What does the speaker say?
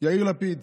יאיר לפיד.